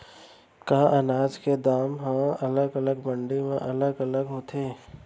का अनाज के दाम हा अलग अलग मंडी म अलग अलग होथे?